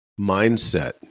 mindset